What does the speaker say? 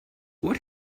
what